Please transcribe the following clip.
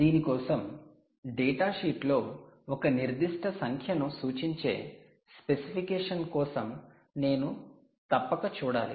దీని కోసం డేటాషీట్ లో ఒక నిర్దిష్ట సంఖ్యను సూచించే స్పెసిఫికేషన్ కోసం నేను తప్పక చూడాలి